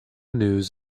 news